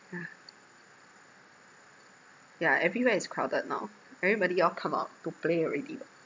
yeah everywhere is crowded now everybody all come out to play already